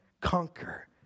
conquer